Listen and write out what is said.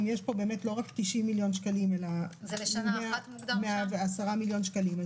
אם יש פה לא רק 90 מיליון שקלים אלא 110 מיליון שקלים,